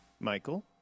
Michael